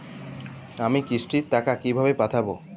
আমি কিস্তির টাকা কিভাবে পাঠাব?